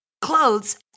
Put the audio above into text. clothes